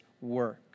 work